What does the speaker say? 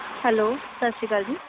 hello ਸਤਿ ਸ਼੍ਰੀ ਕਾਲ ਜੀ